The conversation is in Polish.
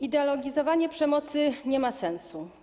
Ideologizowanie przemocy nie ma sensu.